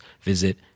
visit